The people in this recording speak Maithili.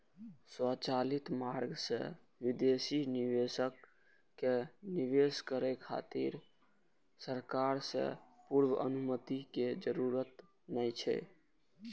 स्वचालित मार्ग सं विदेशी निवेशक कें निवेश करै खातिर सरकार सं पूर्व अनुमति के जरूरत नै छै